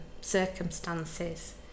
circumstances